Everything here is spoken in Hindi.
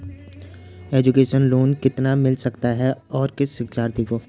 एजुकेशन लोन कितना मिल सकता है और किस शिक्षार्थी को?